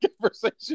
conversation